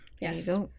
yes